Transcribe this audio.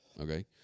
Okay